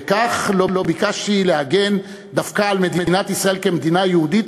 וכך לא ביקשתי להגן דווקא על מדינת ישראל כמדינה יהודית,